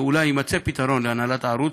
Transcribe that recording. שאולי יימצא פתרון להנהלת הערוץ,